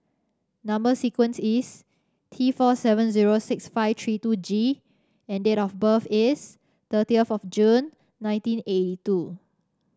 number sequence is T four seven zero six five three two G and date of birth is thirtieth of June nineteen eighty two